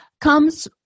comes